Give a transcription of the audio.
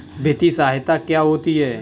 वित्तीय सहायता क्या होती है?